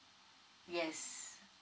yes